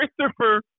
Christopher